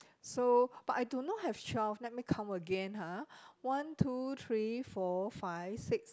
so but I do not have twelve let me count again ha one two three four five six